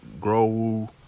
grow